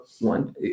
one